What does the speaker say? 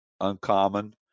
uncommon